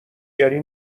گری